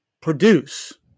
produce